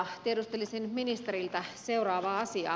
tiedustelisin ministeriltä seuraavaa asiaa